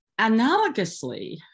Analogously